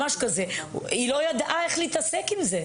או משהו כזה והן לא ידעו איך להתעסק עם זה.